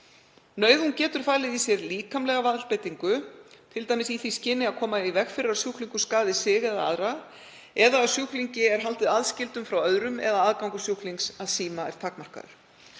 Nauðung getur falið í sér líkamlega valdbeitingu, t.d. í því skyni að koma í veg fyrir að sjúklingur skaði sig eða aðra, eða að sjúklingi er haldið aðskildum frá öðrum eða aðgangur sjúklings að síma takmarkaður.